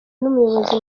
umuyobozi